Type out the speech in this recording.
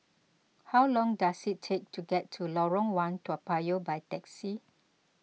how long does it take to get to Lorong one Toa Payoh by taxi